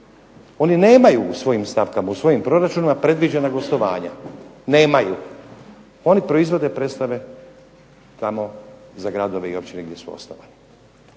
oni nemaju u svojim stavkama, u svojim proračunima predviđena gostovanja, nemaju, oni proizvode predstave tamo za gradove i općine gdje su ostale.